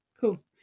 Cool